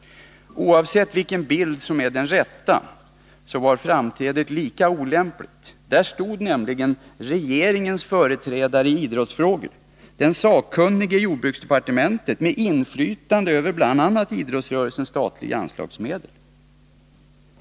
Oavsett vilken bild som är den rätta, så var framträdandet lika olämpligt. Där stod nämligen regeringens företrädare i idrottsfrågor, den sakkunnige i jordbruksdepartementet med inflytande över bl.a. idrottsrörelsens statliga anslagsmedel.